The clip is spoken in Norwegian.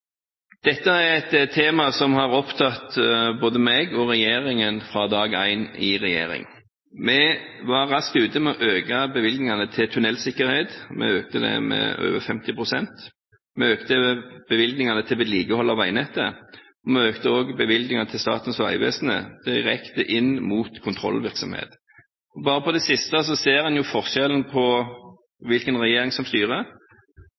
Dette er et tema som har opptatt både meg og regjeringen fra dag én i regjering. Vi var raskt ute med å øke bevilgningene til tunnelsikkerhet – vi økte med over 50 pst. Vi økte bevilgningene til vedlikehold av veinettet, og vi økte også bevilgningene til Statens vegvesen direkte inn mot kontrollvirksomhet. Bare på det siste ser en forskjell på hvilken regjering som styrer.